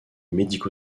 médico